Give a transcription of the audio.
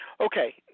Okay